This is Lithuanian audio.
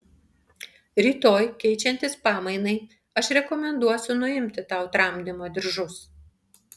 rytoj keičiantis pamainai aš rekomenduosiu nuimti tau tramdymo diržus